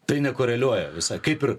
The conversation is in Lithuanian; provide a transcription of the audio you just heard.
tai nekoreliuoja visai kaip ir